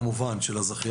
כמובן מתקינים הם של הזכיין,